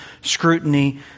scrutiny